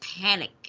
panic